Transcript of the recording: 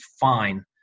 fine